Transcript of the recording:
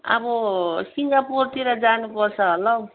अब सिङ्गापुरतिर जानुपर्छ होला हौ